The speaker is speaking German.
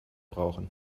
brauchen